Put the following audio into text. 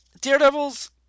Daredevil's